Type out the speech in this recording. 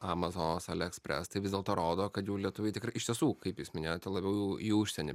amazonas ali express tai vis dėlto rodo kad jau lietuviai tikrai iš tiesų kaip jūs minėjote labiau į užsienį